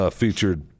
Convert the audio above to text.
featured